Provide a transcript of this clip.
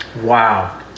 Wow